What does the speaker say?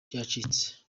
byacitse